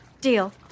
Deal